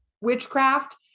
witchcraft